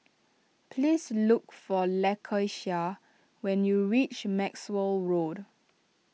please look for Lakeisha when you reach Maxwell Road